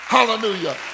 Hallelujah